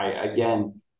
Again